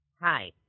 Hi